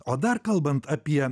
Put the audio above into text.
o dar kalbant apie